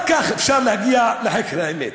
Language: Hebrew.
רק כך אפשר להגיע לחקר האמת.